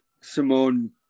Simone